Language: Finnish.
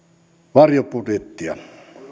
varjobudjettia